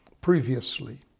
previously